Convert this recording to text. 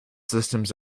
systems